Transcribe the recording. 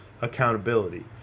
accountability